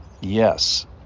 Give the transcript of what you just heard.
Yes